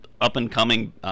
up-and-coming